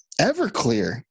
Everclear